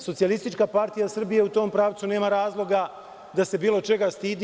Socijalistička partija Srbije u tom pravcu nema razloga da se bilo čega stidi.